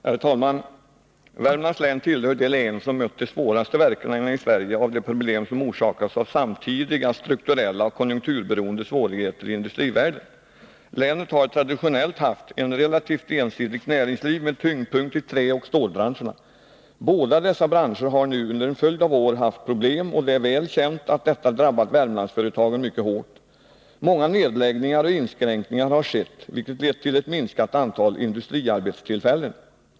Herr talman! Värmlands län tillhör de län som mött de svåraste verkningarna i Sverige av de problem som orsakats av samtidiga strukturella och konjunkturberoende svårigheter i industrivärlden. Länet har traditionellt haft ett relativt ensidigt näringsliv med tyngdpunkt i träoch stålbranscherna. Båda dessa branscher har nu under en följd av år haft problem, och det är väl känt att detta drabbat Värmlandsföretagen mycket hårt. Många nedläggningar och inskränkningar har skett, vilket lett till ett minskat antal industriarbetstillfällen.